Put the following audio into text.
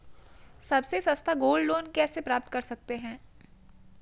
सबसे सस्ता gold loan कैसे प्राप्त कर सकते हैं?